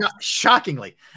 shockingly